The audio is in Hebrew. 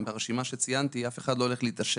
מהרשימה שציינתי, אף אחד לא הולך להתעשר,